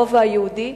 הרובע היהודי,